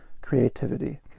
creativity